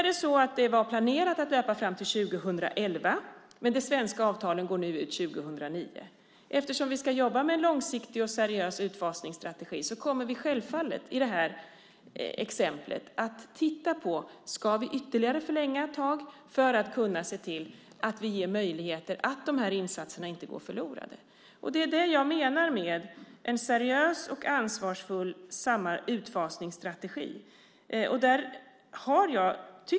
Det var planerat att löpa fram till 2011, men de svenska avtalen går nu ut 2009. Eftersom vi ska jobba med en långsiktig och seriös utfasningsstrategi kommer vi i det här exemplet självfallet att titta på om vi ska förlänga programmet ytterligare ett tag för att kunna se till att de här insatserna inte går förlorade. Det är det som jag menar med en seriös och ansvarsfull utfasningsstrategi.